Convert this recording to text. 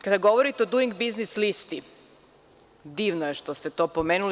Kada govorite o Doing Business listi, divno je što ste to pomenuli.